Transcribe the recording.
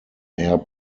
air